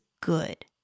good